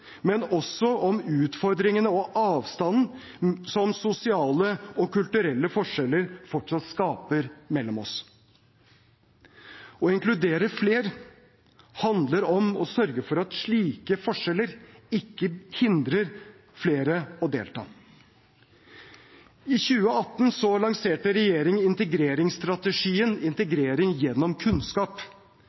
men også om utfordringene og avstanden som sosiale og kulturelle forskjeller fortsatt skaper mellom oss. Å inkludere flere handler om å sørge for at slike forskjeller ikke hindrer flere i å delta. I 2018 lanserte regjeringen integreringsstrategien Integrering gjennom kunnskap,